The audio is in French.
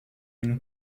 une